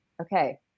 okay